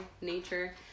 nature